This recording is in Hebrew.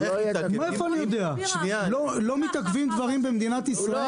לא מתעכבים דברים במדינת ישראל?